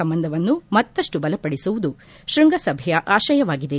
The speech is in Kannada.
ಸಂಬಂಧವನ್ನು ಮತ್ತಷ್ನು ಬಲಪಡಿಸುವುದು ಶೃಂಗಸಭೆಯ ಆಶಯವಾಗಿದೆ